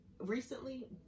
recently